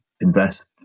invest